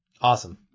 Awesome